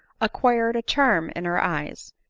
acquired a charm in her eyes.